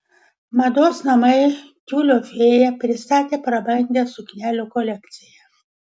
mados namai tiulio fėja pristatė prabangią suknelių kolekciją